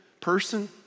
person